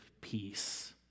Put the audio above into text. peace